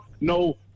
no